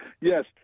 Yes